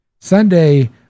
Sunday